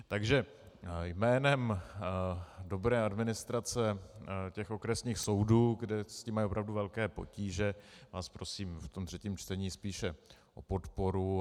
Takže jménem dobré administrace těch okresních soudů, kde s tím mají opravdu velké potíže, vás prosím v tom třetím čtení spíše o podporu.